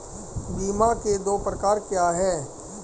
बीमा के दो प्रकार क्या हैं?